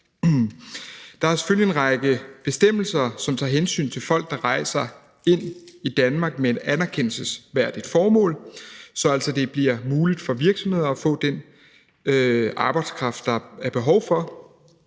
Der er selvfølgelig en række bestemmelser, som tager hensyn til folk, der rejser ind i Danmark med et anerkendelsesværdigt formål, sådan at det bliver muligt for virksomheder at få den arbejdskraft, der er behov for.